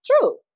True